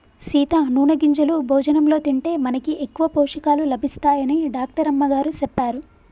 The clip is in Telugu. సీత నూనె గింజలు భోజనంలో తింటే మనకి ఎక్కువ పోషకాలు లభిస్తాయని డాక్టర్ అమ్మగారు సెప్పారు